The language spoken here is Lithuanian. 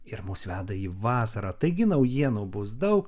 ir mus veda į vasarą taigi naujienų bus daug